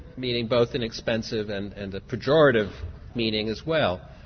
meaning both inexpensive and and the pejorative meaning as well.